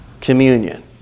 communion